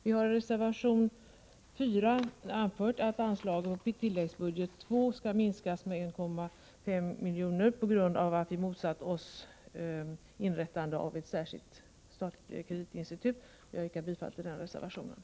Vi har i reservation 4 anfört att anslaget i tilläggsbudget II skall minskas med 1,5 milj.kr., eftersom vi motsätter oss inrättandet av ett särskilt statligt kreditinstitut. Jag yrkar bifall till den reservationen.